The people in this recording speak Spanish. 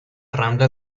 rambla